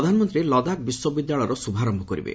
ପ୍ରଧାନମନ୍ତ୍ରୀ ଲଦାଖ୍ ବିଶ୍ୱବିଦ୍ୟାଳୟର ଶୁଭାରମ୍ଭ କରିବେ